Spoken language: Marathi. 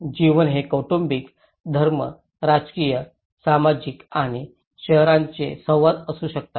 जीवन हे कौटुंबिक धर्म राजकीय सामाजिक आणि शेजारचे संवाद असू शकतात